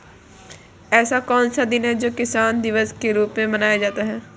ऐसा कौन सा दिन है जो किसान दिवस के रूप में मनाया जाता है?